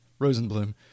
Rosenblum